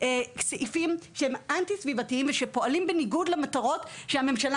סעיפים שהם אנטי סביבתיים שפועלים בניגוד למטרות שהממשלה